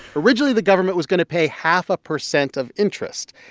originally, the government was going to pay half a percent of interest.